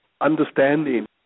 understanding